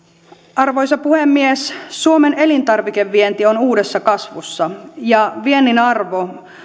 arvoisa puhemies suomen elintarvikevienti on uudessa kasvussa ja viennin arvo